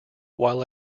while